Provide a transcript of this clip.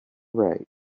right